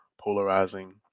polarizing